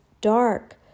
dark